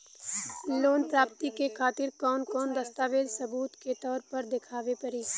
Loan प्राप्ति के खातिर कौन कौन दस्तावेज सबूत के तौर पर देखावे परी?